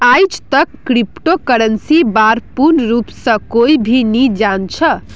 आईजतक क्रिप्टो करन्सीर बा र पूर्ण रूप स कोई भी नी जान छ